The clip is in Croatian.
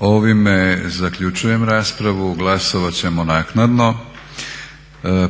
Ovime zaključujem raspravu. Glasovat ćemo naknadno.